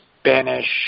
Spanish